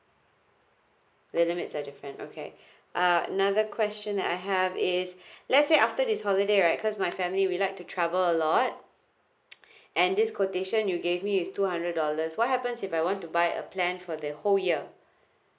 the limits are different okay uh another question that I have is let's say after this holiday right cause my family we like to travel a lot and this quotation you gave me is two hundred dollars what happens if I want to buy a plan for the whole year